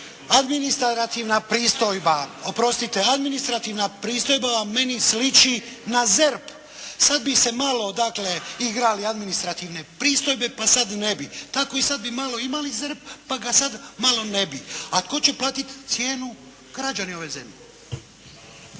Administrativna pristojba, oprostite administrativna pristojba meni sliči na ZERP. Sada bi se malo, dakle, igrali administrativne pristojbe pa sada ne bi. Tako i sada bi malo imali ZERP, pa ga sada malo ne bi. A tko će platiti cijenu? Građani ove zemlje.